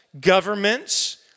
governments